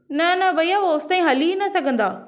न न भैया होसि ताईं हली ई न सघंदा